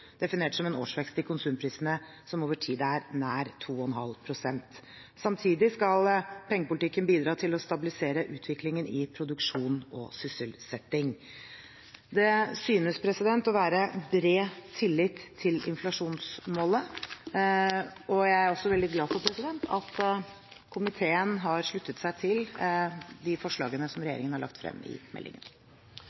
definert som en årsvekst i konsumprisene som over tid er nær 2,5 pst. Samtidig skal pengepolitikken bidra til å stabilisere utviklingen i produksjon og sysselsetting. Det synes å være bred tillit til inflasjonsmålet. Jeg er også veldig glad for at komiteen har sluttet seg til forslagene som